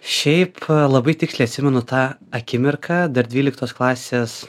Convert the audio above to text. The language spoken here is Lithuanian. šiaip labai tiksliai atsimenu tą akimirką dar dvyliktos klasės